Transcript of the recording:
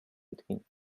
between